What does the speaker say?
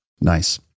Nice